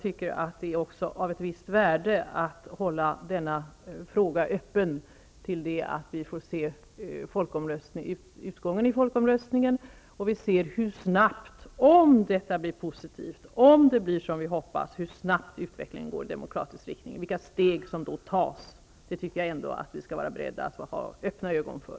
Det är också av ett visst värde att hålla frågan öppen tills vi får se resultatet av folkomröstningen, tills vi får se om det blir som vi hoppas, hur snabb utvecklingen i demokratisk riktning blir och vilka steg som då tas. Detta tycker jag ändå att vi skall ha ögonen öppna för.